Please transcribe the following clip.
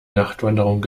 nachtwanderung